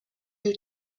you